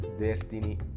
destiny